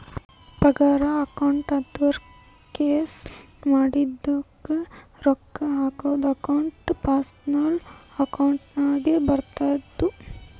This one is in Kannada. ಪಗಾರ ಅಕೌಂಟ್ ಅಂದುರ್ ಕೆಲ್ಸಾ ಮಾಡಿದುಕ ರೊಕ್ಕಾ ಹಾಕದ್ದು ಅಕೌಂಟ್ ಪರ್ಸನಲ್ ಅಕೌಂಟ್ ನಾಗೆ ಬರ್ತುದ